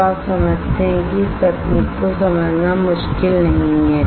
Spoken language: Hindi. तो आप समझते हैं कि इस तकनीक को समझना मुश्किल नहीं है